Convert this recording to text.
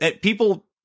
people